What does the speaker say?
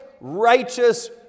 righteous